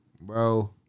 Bro